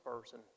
person